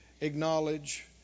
acknowledge